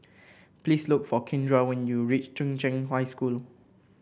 please look for Kindra when you reach Chung Cheng High School